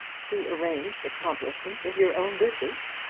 to arrange the accomplishment of your own wishes.